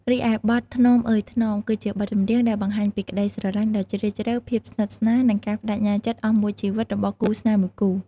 រីឯបទ ថ្នមអើយថ្នម គឺជាបទចម្រៀងដែលបង្ហាញពីក្តីស្រឡាញ់ដ៏ជ្រាលជ្រៅ ភាពស្និទ្ធស្នាល និងការប្តេជ្ញាចិត្តអស់មួយជីវិតរបស់គូស្នេហ៍មួយគូ។